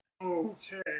Okay